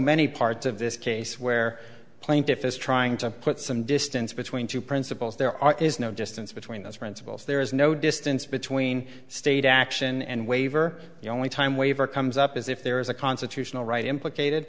many parts of this case where plaintiff is trying to put some distance between two principles there are is no distance between those principles there is no distance between state action and waiver the only time waiver comes up is if there is a constitutional right implicated